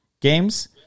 games